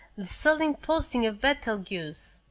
the sullen pulsing of betelgeuse.